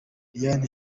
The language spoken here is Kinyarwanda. diane